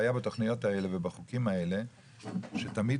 הוועדה בתכניות האלה ובחוקים האלה שתמיד